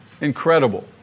Incredible